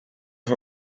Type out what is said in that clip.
for